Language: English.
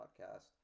Podcast